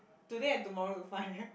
today and tomorrow to find